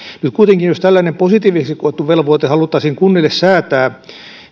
nyt kuitenkin jos tällainen positiiviseksi koettu velvoite haluttaisiin kunnille säätää